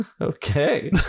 okay